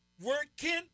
working